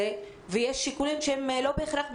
ושיש שיקולים שהם לא בהכרח מקצועיים.